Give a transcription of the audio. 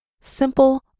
simple